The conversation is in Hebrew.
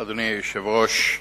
אדוני היושב-ראש,